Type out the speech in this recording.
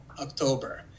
October